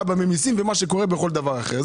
בממיסים וכמו מה שקורה בכל דבר אחר.